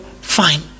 Fine